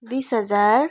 बिस हजार